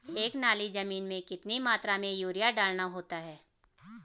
एक नाली जमीन में कितनी मात्रा में यूरिया डालना होता है?